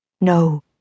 No